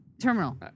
Terminal